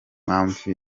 mpamvu